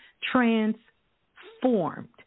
transformed